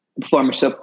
performance